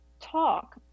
talk